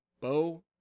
Bo